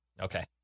Okay